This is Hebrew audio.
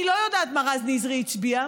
אני לא יודעת מה רז נזרי הצביע,